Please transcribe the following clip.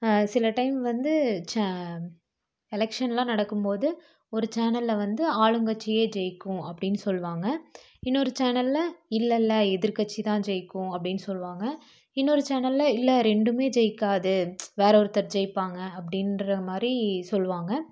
சில டைம் வந்து ச எலக்ஷன்லாம் நடக்கும் போது ஒரு சேனலில் வந்து ஆளுங்கட்சியே ஜெயிக்கும் அப்படின்னு சொல்லுவாங்க இன்னொரு சேனலில் இல்லைல்ல எதிர்கட்சி தான் ஜெயிக்கும் அப்படின்னு சொல்லுவாங்க இன்னொரு சேனலில் இல்லை ரெண்டும் ஜெயிக்காது வேறே ஒருத்தர் ஜெயிப்பாங்க அப்படின்ற மாதிரி சொல்லுவாங்க